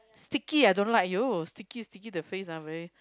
sticky I don't like !aiyo! sticky sticky the face ah very